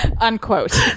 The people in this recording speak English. Unquote